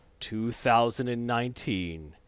2019